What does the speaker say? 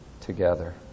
together